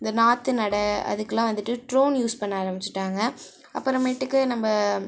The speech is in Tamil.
இந்த நாற்று நட அதுக்கெலாம் வந்துட்டு ட்ரோன் யூஸ் பண்ண ஆரம்பிச்சுட்டாங்க அப்புறமேல்ட்டுக்கு நம்ம